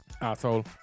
Asshole